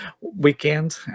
weekend